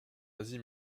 asie